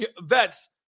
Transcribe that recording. vets